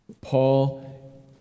Paul